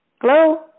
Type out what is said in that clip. Hello